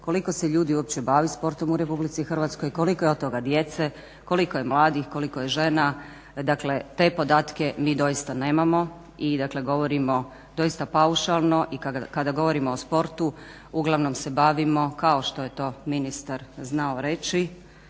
koliko se ljudi uopće bavi sportom u RH, koliko je od toga djece, koliko je mladih, koliko je žena. Dakle, te podatke mi doista nemamo i dakle govorimo doista paušalno i kada govorimo o sportu uglavnom se bavimo kao što je to ministar znao reći,